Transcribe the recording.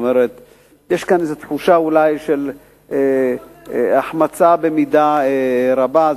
כלומר יש כאן תחושה אולי של החמצה במידה רבה,